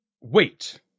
wait